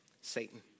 Satan